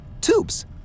Tubes